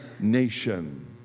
nation